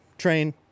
train